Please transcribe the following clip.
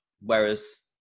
whereas